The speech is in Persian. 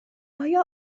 آیا